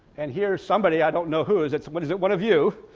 and here's somebody i don't know who is its what is it one of you